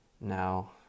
Now